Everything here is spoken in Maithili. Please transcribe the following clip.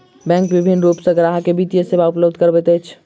बैंक विभिन्न रूप सॅ ग्राहक के वित्तीय सेवा उपलब्ध करबैत अछि